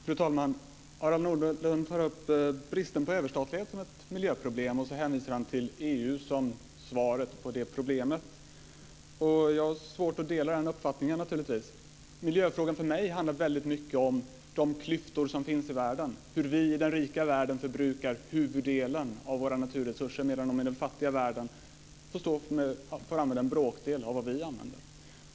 Fru talman! Harald Nordlund tar upp bristen på överstatlighet som ett miljöproblem, och så hänvisar han till EU som svaret på det problemet. Jag har naturligtvis svårt att dela den uppfattningen. För mig handlar miljöfrågan väldigt mycket om de klyftor som finns i världen, om hur vi i den rika världen förbrukar huvuddelen av våra naturresurser medan de i den fattiga världen får använda en bråkdel av vad vi använder.